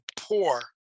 poor